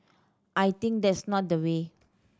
I think that's not the way